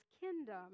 kingdom